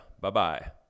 Bye-bye